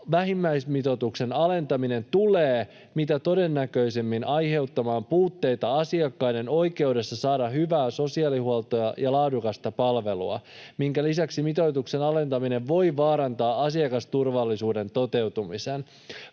vähimmäismitoituksen alentaminen tulee mitä todennäköisimmin aiheuttamaan puutteita asiakkaiden oikeudessa saada hyvää sosiaalihuoltoa ja laadukasta palvelua, minkä lisäksi mitoituksen alentaminen voi vaarantaa asiakasturvallisuuden toteutumisen.